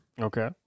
Okay